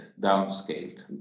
Downscaled